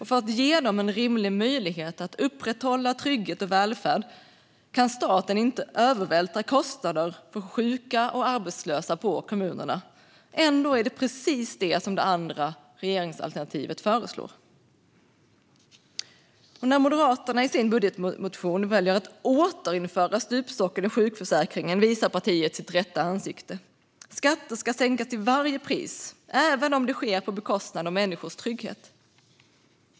För att ge dem en rimlig möjlighet att upprätthålla trygghet och välfärd kan staten inte övervältra kostnader för sjuka och arbetslösa på kommunerna. Ändå är det precis det som det andra regeringsalternativet föreslår. När Moderaterna i sin budgetmotion väljer att återinföra stupstocken i sjukförsäkringen visar partiet sitt rätta ansikte. Skatter ska sänkas till varje pris, även om det sker på bekostnad av människors trygghet.